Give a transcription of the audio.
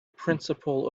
principle